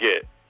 get